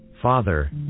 Father